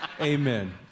Amen